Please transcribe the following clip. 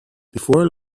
before